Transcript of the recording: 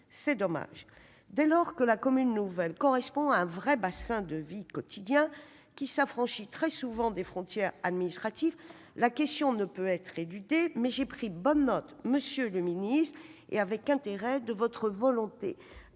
c'est dommage. Dès lors que la commune nouvelle correspond à un bassin de vie quotidien, qui s'affranchit souvent des frontières administratives, la question ne peut être éludée. Mais j'ai pris note avec intérêt, monsieur le ministre, de votre volonté,